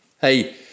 Hey